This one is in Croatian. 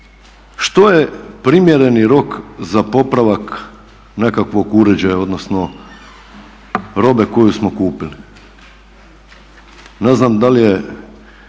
Što je primjereni rok za popravak nekakvog uređaja, odnosno robe koju smo kupili? Ne znam da li je